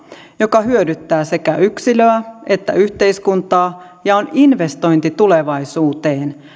joka hyödyttää sekä yksilöä että yhteiskuntaa ja on investointi tulevaisuuteen